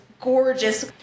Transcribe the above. gorgeous